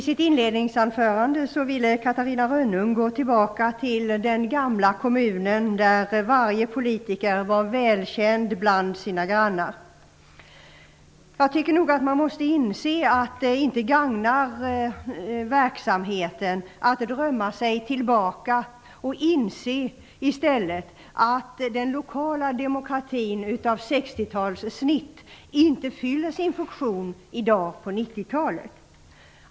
Herr talman! Catarina Rönnung ville i sitt inledningsanförande gå tillbaka till den gamla tidens kommun, där varje politiker var välkänd bland sina grannar. Man måste nog inse att det inte gagnar verksamheten att drömma sig tillbaka. I stället bör man inse att den lokala demokratin av 60-talssnitt inte fyller sin funktion på 90-talet.